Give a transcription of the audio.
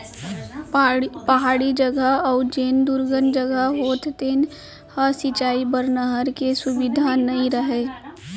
पहाड़ी जघा अउ जेन दुरगन जघा होथे तेन ह सिंचई बर नहर के सुबिधा नइ रहय